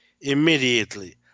immediately